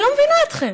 אני לא מבינה אתכם.